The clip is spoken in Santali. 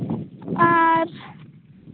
ᱟᱨ